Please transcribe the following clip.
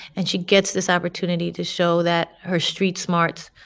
and she gets this opportunity to show that her street smarts,